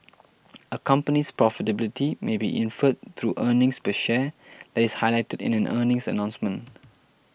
a company's profitability may be inferred through earnings per share that is highlighted in an earnings announcement